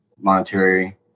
monetary